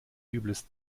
übles